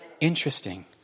Interesting